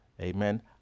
Amen